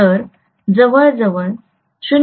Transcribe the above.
तर जवळजवळ 0